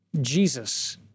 Jesus